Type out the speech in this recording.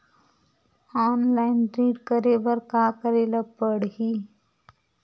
Online ऋण करे बर का करे ल पड़हि?